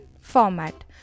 format